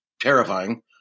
terrifying